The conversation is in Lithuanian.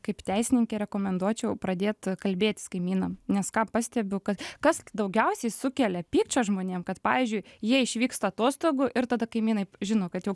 kaip teisininkė rekomenduočiau pradėt kalbėtis kaimynam nes ką pastebiu kad kas daugiausiai sukelia pykčio žmonėm kad pavyzdžiui jie išvyksta atostogų ir tada kaimynai žino kad jau